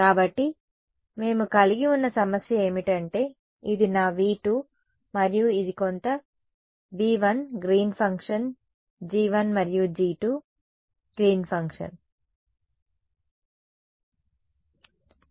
కాబట్టి మేము కలిగి ఉన్న సమస్య ఏమిటంటే ఇది నా V2 మరియు ఇది కొంత V 1 గ్రీన్ ఫంక్షన్ g1 మరియు g2 గ్రీన్ ఫంక్షన్ సరే